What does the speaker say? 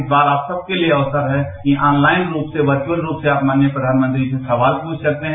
इस बार आप सबके लिए अक्सर है कि ऑनलाइन रूप से वर्ड्रेखल रूप से आप माननीय फ्र्वानमंत्री से सवाल प्रष्ठ सकते हैं